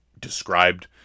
described